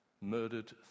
murdered